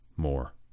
More